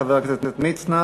חבר הכנסת מצנע,